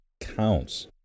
counts